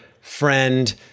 friend